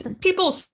people